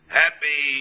happy